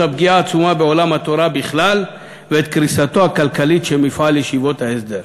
הפגיעה העצומה בעולם התורה בכלל ואת קריסתו הכלכלית של מפעל ישיבות ההסדר".